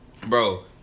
Bro